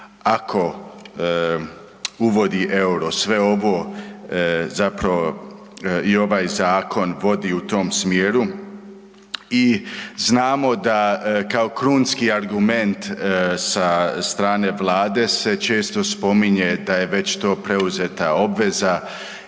ako uvodi EUR-o. Sve ovo zapravo i ovaj zakon vodi u tom smjeru i znamo da kao krunski argument sa strane Vlade se često spominje da je već to preuzeta obveza